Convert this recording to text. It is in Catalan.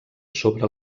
sobre